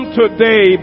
today